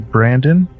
Brandon